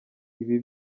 ibi